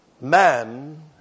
Man